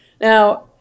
Now